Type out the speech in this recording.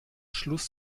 schluss